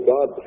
God